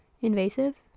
invasive